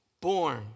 Born